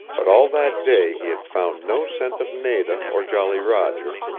but all that day he had found no scent of nada or jolly roger,